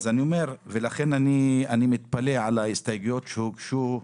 לכן אני מתפלא על ההסתייגויות שהוגשו.